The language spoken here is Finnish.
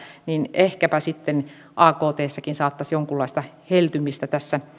ehkäpä sitten aktssakin saattaisi jonkunlaista heltymistä